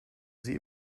sie